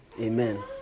Amen